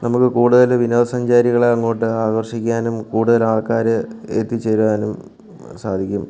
നമുക്ക് കൂടുതൽ വിനോദസഞ്ചാരികളെ അങ്ങോട്ട് ആകർഷിക്കാനും കൂടുതൽ ആൾക്കാരെ എത്തിച്ചേരുവാനും സാധിക്കും